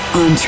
on